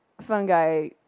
fungi